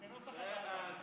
כנוסח הוועדה.